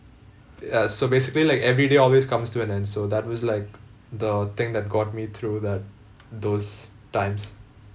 uh so basically like everyday always comes to an end so that was like the thing that got me through that those times